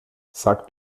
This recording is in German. sag